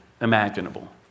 imaginable